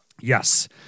Yes